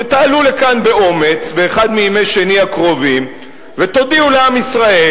שתעלו לכאן באומץ באחד מימי שני הקרובים ותודיעו לעם ישראל,